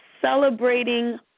celebrating